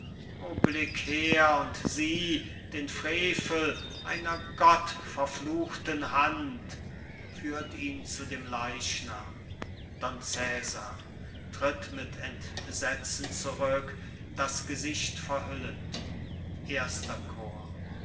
blick her und sieh den frevel einer gottverfluchten hand führt ihn zu dem leichnam don cesar tritt mit entsetzen zurück das gesicht verhüllend erster chor